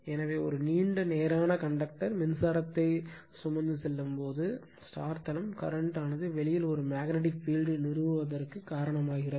எனவே ஒரு நீண்ட நேரான கண்டக்டர் மின்சாரத்தை சுமந்து செல்வது தளம் கரண்ட் ஆனது வெளியில் ஒரு மேக்னட்டிக் பீல்ட் நிறுவுவதற்கு காரணமாகிறது